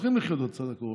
צריכים לחיות לצד הקורונה,